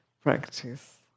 practice